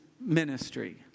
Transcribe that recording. ministry